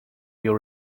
you